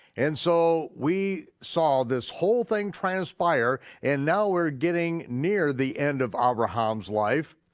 and so we saw this whole thing transpire and now we're getting near the end of abraham's life,